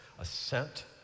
assent